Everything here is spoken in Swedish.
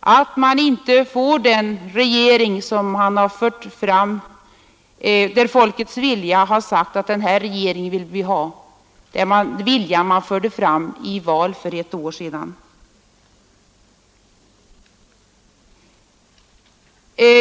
att man inte får den regering som folket i val för ett år sedan har sagt sig vilja ha.